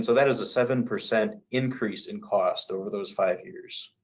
so that is a seven percent increase in cost over those five years.